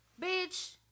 bitch